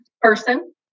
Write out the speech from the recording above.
Person